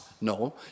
No